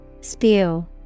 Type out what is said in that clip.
Spew